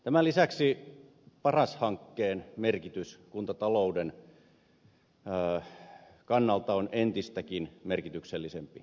tämän lisäksi paras hankkeen merkitys kuntatalouden kannalta on entistäkin merkityksellisempi